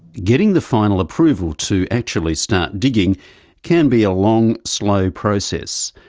getting the final approval to actually start digging can be a long, slow process.